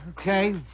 Okay